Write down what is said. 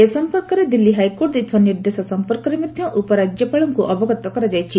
ଏ ସମ୍ପର୍କରେ ଦିଲ୍ଲୀ ହାଇକୋର୍ଟ ଦେଇଥିବା ନିର୍ଦ୍ଦେଶ ସମ୍ପର୍କରେ ମଧ୍ୟ ଉପରାଜ୍ୟପାଳଙ୍କୁ ଅବଗତ କରାଯାଇଛି